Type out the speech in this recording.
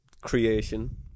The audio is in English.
creation